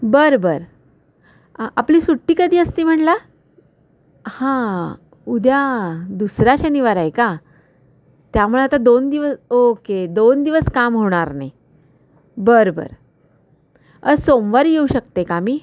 बर बर आपली सुट्टी कधी असते म्हणाला हां उद्या दुसरा शनिवार आहे का त्यामुळे आता दोन दिव ओके दोन दिवस काम होणार नाही बर बर सोमवारी येऊ शकते का मी